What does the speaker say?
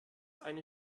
eine